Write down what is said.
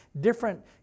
different